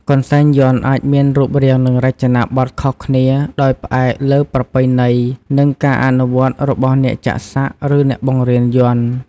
កន្សែងយ័ន្តអាចមានរូបរាងនិងរចនាប័ទ្មខុសគ្នា ដោយផ្អែកលើប្រពៃណី និងការអនុវត្តន៍របស់អ្នកចាក់សាក់ ឬអ្នកបង្រៀនយ័ន្ត។